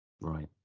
right